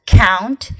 count